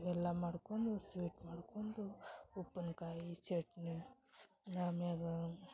ಎಲ್ಲ ಮಾಡ್ಕೊಂಡು ಸ್ವೀಟ್ ಮಾಡ್ಕೊಂಡು ಉಪ್ಪಿನಕಾಯಿ ಚಟ್ನಿ ಅಮ್ಯಾಗ